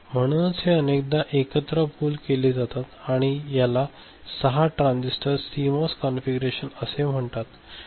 म्हणूनच हे अनेकदा एकत्र पूल केले जातात आणि याला 6 ट्रान्झिस्टर सी मॉस कॉन्फिगरेशन असे म्हणतात